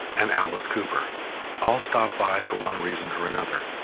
and alice cooper all stopped by for one reason or another.